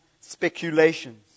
speculations